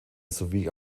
sowie